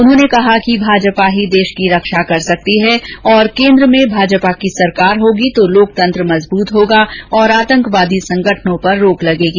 उन्होंने कहा कि भाजपा ही देश की रक्षा कर सकती है और केन्द्र में भाजपा की सरकार होगी तो लोकतंत्र मजबूत होगा आतंकवादी संगठनों पर रोक लगेगी